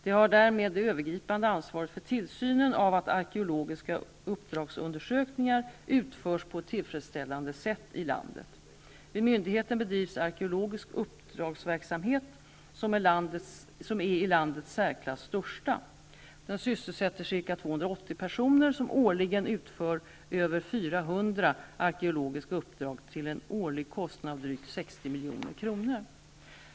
Det har därmed det övergripande ansvaret för tillsynen av att arkeologiska uppdragsundersökningar utförs på ett tillfredsställande sätt i landet. Vid myndigheten bedrivs arkeologisk uppdragsverksamhet som är landets i särklass största. Den sysselsätter ca 280 personer som årligen utför över 400 arkeologiska uppdrag till en årlig kostnad av drygt 60 milj.kr.